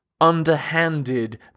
underhanded